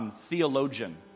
Theologian